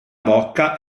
bocca